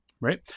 Right